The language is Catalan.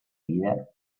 vida